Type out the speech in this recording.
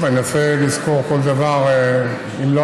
טוב, אני אנסה לזכור כל דבר.